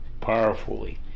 powerfully